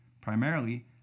Primarily